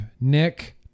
Nick